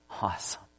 Awesome